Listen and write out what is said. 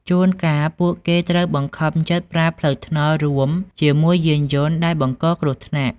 ជួនកាលពួកគេត្រូវបង្ខំចិត្តប្រើផ្លូវថ្នល់រួមជាមួយយានយន្តដែលបង្កគ្រោះថ្នាក់។